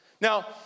Now